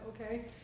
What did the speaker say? okay